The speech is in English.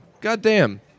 Goddamn